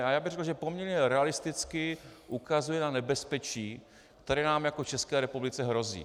Já bych řekl, že poměrně realisticky ukazuje na nebezpečí, které nám jako České republice hrozí.